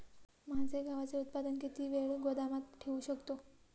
माझे गव्हाचे उत्पादन किती वेळ गोदामात ठेवू शकतो?